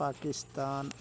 Pakistan